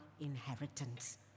inheritance